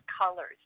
colors